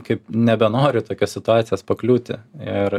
kaip nebenori į tokias situacijas pakliūti ir